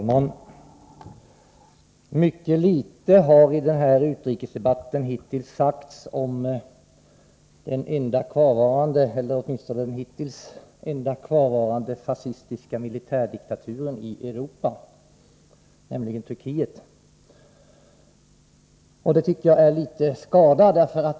Fru talman! Mycket litet har i denna utrikesdebatt sagts om den hittills enda kvarvarande fascistiska militärdiktaturen i Europa, nämligen Turkiet. Det tycker jag är skada.